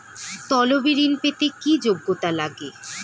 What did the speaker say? তলবি ঋন পেতে কি যোগ্যতা লাগে?